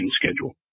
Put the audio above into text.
schedule